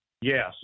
Yes